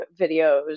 videos